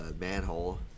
manhole